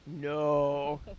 no